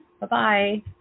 Bye-bye